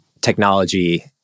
technology